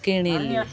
କିଣିଲି